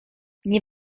nie